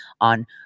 on